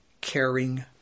caring